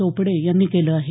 चोपडे यांनी केलं आहे